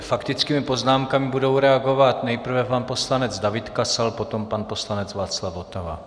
Faktickými poznámkami budou reagovat nejprve pan poslanec David Kasal, potom pan poslanec Václav Votava.